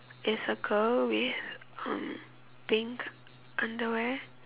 is a girl with um pink underwear